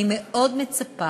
אני מאוד מצפה